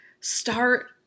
start